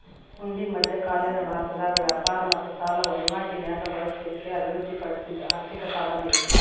ಹುಂಡಿ ಮಧ್ಯಕಾಲೇನ ಭಾರತದಾಗ ವ್ಯಾಪಾರ ಮತ್ತ ಸಾಲ ವಹಿವಾಟಿ ನ್ಯಾಗ ಬಳಸ್ಲಿಕ್ಕೆ ಅಭಿವೃದ್ಧಿ ಪಡಿಸಿದ್ ಆರ್ಥಿಕ ಸಾಧನ ಇದು